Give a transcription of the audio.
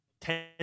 ten